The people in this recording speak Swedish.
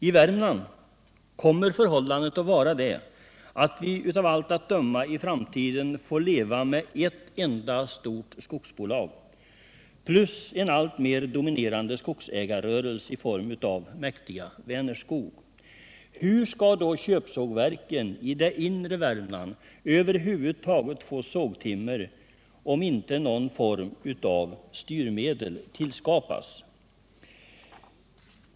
I Värmland kommer vi av allt att döma i framtiden att leva med ett enda stort skogsbolag plus en alltmer dominerande skogsägarrörelse i form av det mäktiga Vänerskog. Hur skall då köpsågverken i det inre av Värmland över huvud taget kunna få sågtimmer, om inte någon form av styrmedel tillskapas?